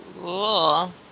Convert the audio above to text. Cool